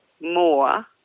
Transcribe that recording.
more